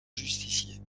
justiciers